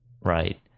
right